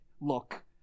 look